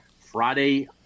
friday